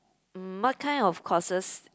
mm what kind of courses